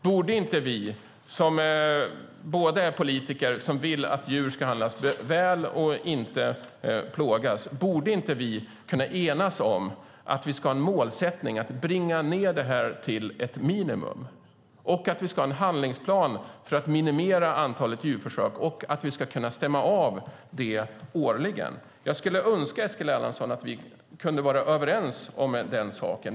Borde inte vi, som båda är politiker och som vill att djur ska behandlas väl och inte plågas, kunna enas om målet att bringa ned försöken till ett minimum, vidare att det ska finnas en handlingsplan som stäms av årligen för att minimera antalet djurförsök? Jag skulle önska, Eskil Erlandsson, att vi kunde vara överens om saken.